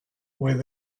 with